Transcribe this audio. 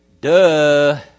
Duh